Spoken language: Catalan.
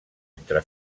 entre